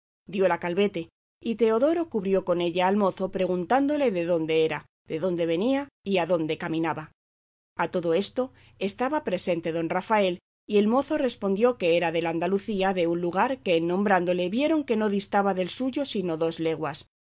mancebo diola calvete y teodoro cubrió con ella al mozo preguntándole de dónde era de dónde venía y adónde caminaba a todo esto estaba presente don rafael y el mozo respondió que era del andalucía y de un lugar que en nombrándole vieron que no distaba del suyo sino dos leguas